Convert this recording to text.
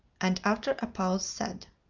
and after a pause said,